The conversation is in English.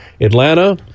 Atlanta